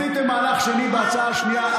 עשיתם מהלך שני בהצעה השנייה,